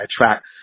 attract